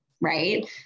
right